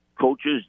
coaches